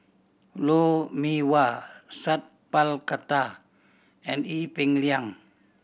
Lou Mee Wah Sat Pal Khattar and Ee Peng Liang